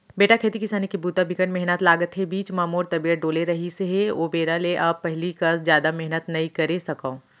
बेटा खेती किसानी के बूता बिकट मेहनत लागथे, बीच म मोर तबियत डोले रहिस हे ओ बेरा ले अब पहिली कस जादा मेहनत नइ करे सकव